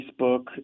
Facebook